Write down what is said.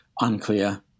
unclear